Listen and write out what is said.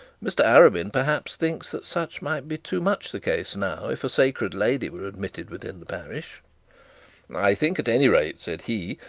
mr arabin, perhaps, thinks that such might be too much the case now if a sacred lady were admitted within the parish i think, at any rate said he,